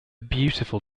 beautiful